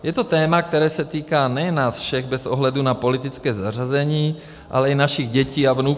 Je to téma, které se týká nejen nás všech bez ohledu na politické zařazení, ale i našich dětí a vnuků.